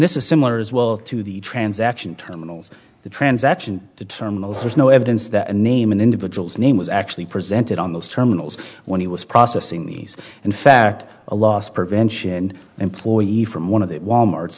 this is similar as well to the transaction terminals the transaction the terminals there's no evidence that a name an individual's name was actually presented on those terminals when he was processing these and fact a loss prevention employee from one of the wal mart